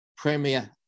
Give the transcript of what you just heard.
Premier